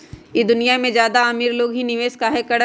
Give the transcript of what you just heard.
ई दुनिया में ज्यादा अमीर लोग ही निवेस काहे करई?